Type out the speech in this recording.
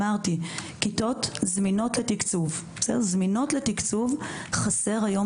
אמרתי: כיתות זמינות לתקצוב חסרות היום